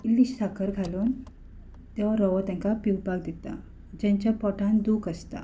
इल्लीशी साकर घालून तो रवो तेंकां पिवपाक दिता जेंच्या पोटान दूक आसता